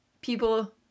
people